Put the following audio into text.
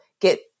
get